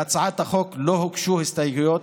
להצעת החוק לא הוגשו הסתייגויות.